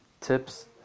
tips